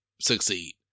succeed